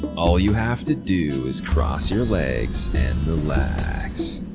all you have to do is cross your legs and relax.